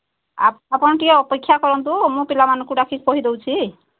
ଆପଣ ଟିକେ ଅପେକ୍ଷା କରନ୍ତୁ ମୁଁ ପିଲାମାନଙ୍କୁ ଡାକି କହିଦେଉଛି